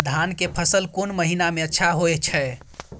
धान के फसल कोन महिना में अच्छा होय छै?